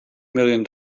million